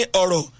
oro